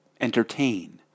entertain